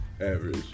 average